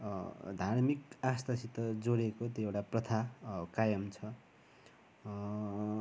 धार्मिक आस्थासित जोडिएको त्यो एउटा प्रथा कायम छ